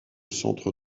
centre